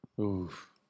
Oof